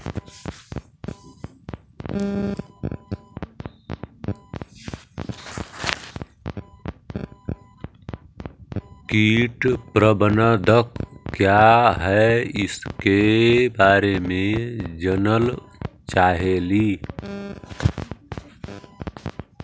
कीट प्रबनदक क्या है ईसके बारे मे जनल चाहेली?